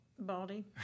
Baldy